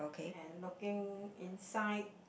and looking inside